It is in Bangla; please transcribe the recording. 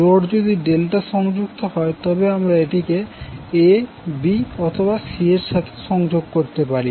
লোড যদি ডেল্টা সংযুক্ত হয় তবে আমরা এটিকে ab অথবা c এর সাথে সংযোগ করতে পারি